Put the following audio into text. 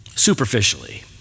superficially